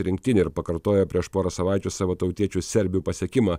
rinktinė ir pakartojo prieš porą savaičių savo tautiečių serbių pasiekimą